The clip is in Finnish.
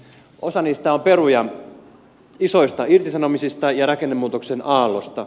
osa niistä on peruja isoista irtisanomisista ja rakennemuutoksen aallosta